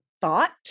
thought